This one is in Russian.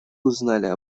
узнали